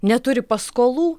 neturi paskolų